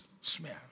smell